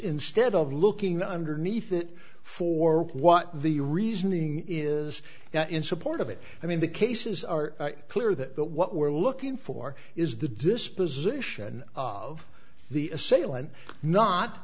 instead of looking underneath it for what the reasoning is in support of it i mean the cases are clear that what we're looking for is the disposition of the